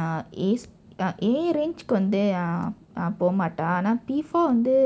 ah a s~ ah a range-ukku வந்து:vandthu ah ah போகமாட்டான் ஆனால்:pokamaatdaan aanaal p four வந்து